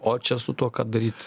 o čia su tuo ką daryt